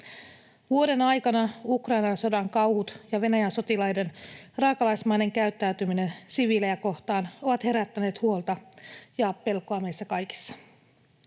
Vuoden aikana Ukrainan sodan kauhut ja Venäjän sotilaiden raakalaismainen käyttäytyminen siviilejä kohtaan ovat herättäneet huolta ja pelkoa meissä kaikissa.